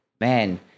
man